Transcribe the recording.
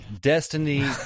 destiny